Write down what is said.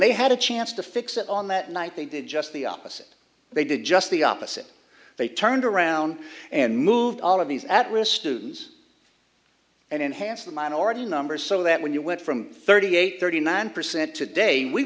they had a chance to fix it on that night they did just the opposite they did just the opposite they turned around and moved all of these at risk students and enhance the minority numbers so that when you went from thirty eight thirty nine percent today we